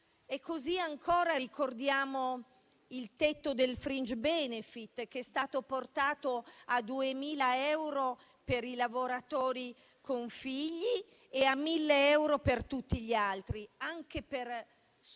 E così ancora ricordiamo il tetto del *fringe benefit* che è stato portato a 2.000 euro per i lavoratori con figli e a 1.000 euro per tutti gli altri. Anche questi